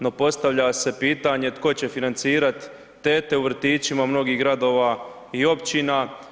No, postavlja se pitanje tko će financirati tete u vrtićima mnogih gradova i općina?